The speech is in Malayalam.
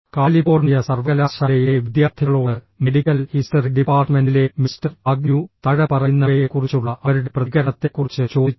കാലിഫോർണിയ സർവകലാശാലയിലെ വിദ്യാർത്ഥികളോട് മെഡിക്കൽ ഹിസ്റ്ററി ഡിപ്പാർട്ട്മെന്റിലെ മിസ്റ്റർ ആഗ്ന്യൂ താഴെപ്പറയുന്നവയെക്കുറിച്ചുള്ള അവരുടെ പ്രതികരണത്തെക്കുറിച്ച് ചോദിച്ചു